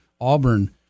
Auburn